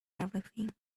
everything